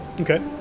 Okay